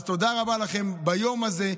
אז תודה רבה לכם ביום הזה,